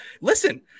listen